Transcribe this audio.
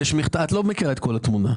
את לא מכירה את כל התמונה.